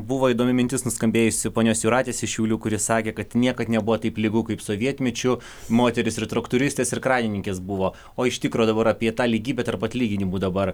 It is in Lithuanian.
buvo įdomi mintis nuskambėjusi ponios jūratės iš šiaulių kuri sakė kad niekad nebuvo taip ligų kaip sovietmečiu moterys ir traktoristės ir kranininkės buvo o iš tikro dabar apie tą lygybę tarp atlyginimų dabar